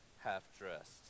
half-dressed